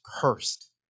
cursed